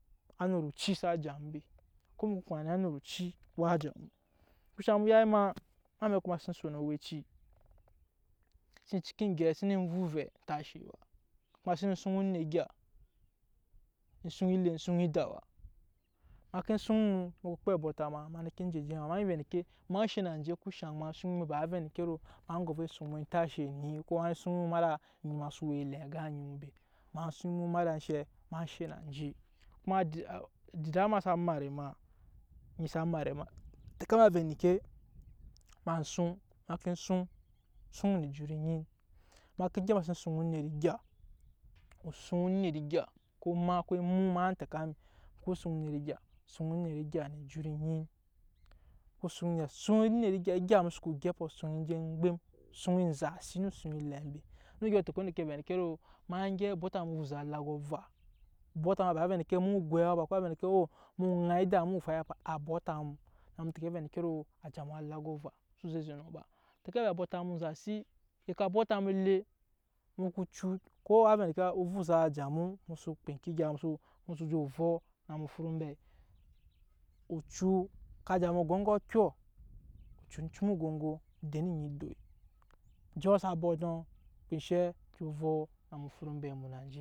Anet oci sa ja mu be ko emu no kpaa na ne amet ou waa jaa mu ku zhan emu ya ma eme ameko ema se ne vɛ ovɛ ontashe ba emasen sun onet egya en suŋ ele kpe bota ma ema ne ke je-je ea ema nyi vɛ endeke eman shɛ nan anje ku shaŋ ema suŋ mu bai m. ai vɛ endeke woro ema suŋ mu ontashe eni ko ema suŋ mu emada o nyi ma su we elem gan onyi mu be, ema suŋ ema. da eman she nan anje adada ma sa mat ema, onyi sa mat ama vɛ endeke eman sun se ke suŋ esuŋ ne ejut enyi eme ke gyep ma ke suŋ onet egya o suŋ onet egya lo ema ku emu ema en teka mu ku suŋ onet ejut enyi elem be no dyɔ teke endeke ve ni ke ro eman gyɛp obɔta ma ovuza alago ava bota ma ba wai vɛ endeke emugwai ko. a ve endeke o emu teke ve endeke woro a ba take vɛ abota mu enzasi sa ka bota mu ele emu kocu ko a vɛ endeke egke gya musu mu so jo vok emu fut oŋmbai ocu ka jamu agonga okyo ocu oncum ogongo den onyi doi anjɔɔ sa bɔt kpaa enshɛ? Ko fɔk na emu fut oŋmbai mu nan anje.